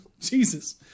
jesus